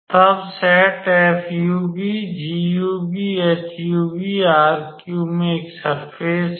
तब सेट 𝑓𝑢𝑣𝑔𝑢𝑣ℎ𝑢𝑣 में एक सर्फ़ेस है